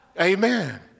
Amen